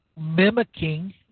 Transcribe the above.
mimicking